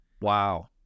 Wow